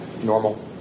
Normal